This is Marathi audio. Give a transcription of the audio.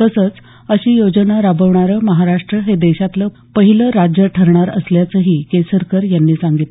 तसंच अशी योजना राबवणारं महाराष्ट हे देशातलं पहिलं राज्य ठरणार असल्याचंही केसरकर यांनी सांगितलं